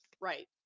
Right